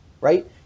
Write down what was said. right